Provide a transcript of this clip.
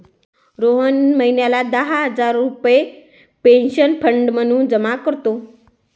रोहन महिन्याला दहा हजार रुपये पेन्शन फंड म्हणून जमा करतो